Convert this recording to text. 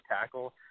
tackle